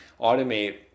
automate